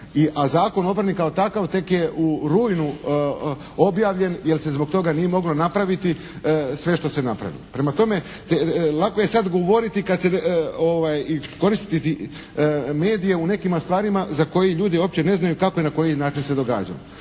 a Zakon o obrani kao takav tek je u rujnu objavljen jer se zbog toga nije moglo napraviti sve što se napravilo. Prema tome, lako je sad govoriti i koristiti medije u nekim stvarima za koje ljudi uopće ne znaju kako i na koji način se događaju.